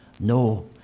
No